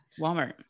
Walmart